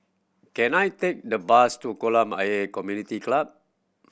can I take the bus to Kolam Ayer Community Club